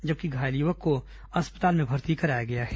जबकि घायल युवक को अस्पताल में भर्ती कराया गया है